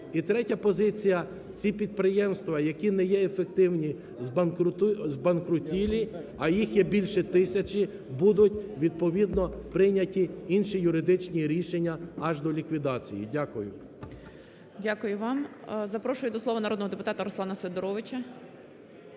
І третя позиція: ці підприємства, які не є ефективні, збанкрутілі, а їх є більше тисячі, будуть відповідно прийняті інші юридичні рішення, аж до ліквідації. Дякую. ГОЛОВУЮЧИЙ. Дякую вам. Запрошую до слова народного депутата Руслана Сидоровича.